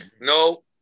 No